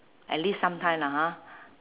at least some time lah ha